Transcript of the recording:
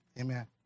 Amen